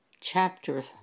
chapter